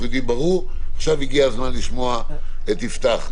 ועכשיו הגיע הזמן לשמוע את יפתח.